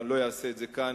ואני לא אעשה את זה כאן,